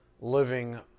living